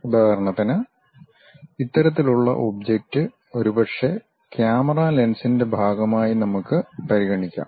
ഉദാഹരണത്തിന് ഇത്തരത്തിലുള്ള ഒബ്ജക്റ്റ് ഒരുപക്ഷേ ക്യാമറ ലെൻസിന്റെ ഭാഗമായി നമുക്ക് പരിഗണിക്കാം